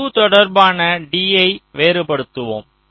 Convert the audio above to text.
U தொடர்பான D யை வேறுபடுத்துவோம்